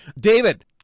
David